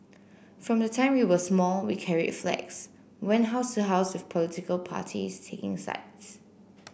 from the time we were small we carried flags went house to house with political parties taking sides